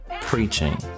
Preaching